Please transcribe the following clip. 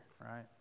right